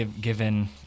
given